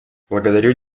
благодарю